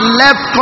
left